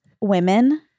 women